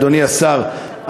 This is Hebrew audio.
אדוני השר,